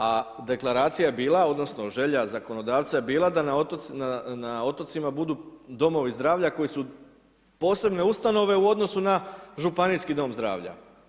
A deklaracija je bila, odnosno, želja zakonodavca je bila, da na otocima budu domovi zdravlja, koje su posebne ustanove u odnosu na županijski dom zdravlja.